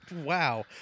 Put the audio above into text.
Wow